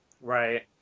Right